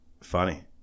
Funny